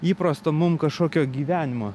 įprasto mum kažkokio gyvenimo